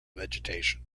vegetation